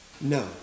No